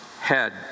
head